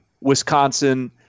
Wisconsin